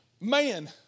man